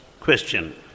question